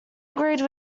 agreed